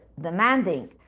demanding